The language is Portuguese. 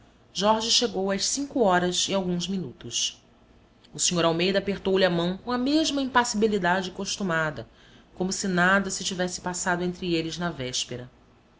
jorge chegou às cinco horas e alguns minutos o sr almeida apertou-lhe a mão com a mesma impassibilidade costumada como se nada se tivesse passado entre eles na véspera